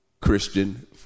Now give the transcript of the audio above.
Christian